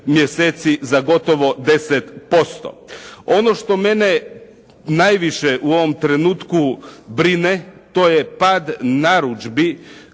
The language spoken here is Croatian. za gotovo 10%. Ono što mene najviše u ovom trenutku brine, to je pad narudžbi